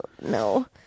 no